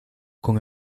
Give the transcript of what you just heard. con